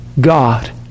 God